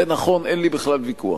זה נכון, אין לי בכלל ויכוח.